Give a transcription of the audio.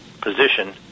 position